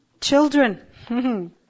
Children